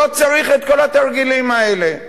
לא צריך את כל התרגילים האלה.